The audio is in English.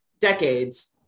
decades